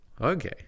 okay